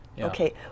Okay